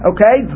Okay